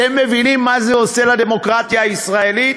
אתם מבינים מה זה עושה לדמוקרטיה הישראלית?